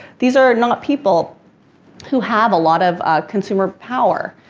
these are not people who have a lot of consumer power.